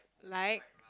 like